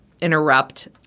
interrupt